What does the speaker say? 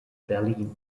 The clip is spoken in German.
berlin